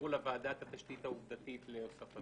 יסבירו לוועדה את התשתית העובדתית להוספתו.